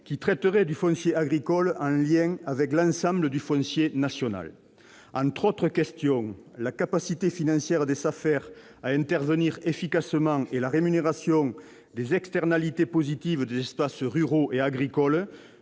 qui traiterait du foncier agricole en lien avec l'ensemble du foncier national. Entre autres questions, la capacité financière des SAFER à intervenir efficacement et la rémunération des externalités positives des espaces ruraux et agricoles-